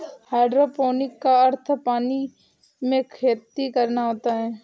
hydroponic का अर्थ पानी में खेती करना होता है